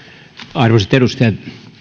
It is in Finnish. arvoisat edustajat